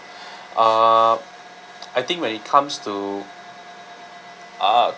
uh I think when it comes to uh